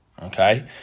Okay